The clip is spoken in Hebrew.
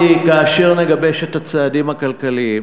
כמו שאמרתי, כאשר נגבש את הצעדים הכלכליים